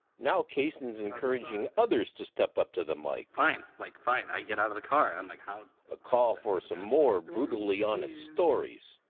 now cason's encouraging others to step up to the mic. fine, like fine. i get out of the car and i'm like, how, a call for some more brutally honest stories.